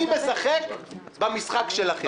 אני משחק במשחק שלכם.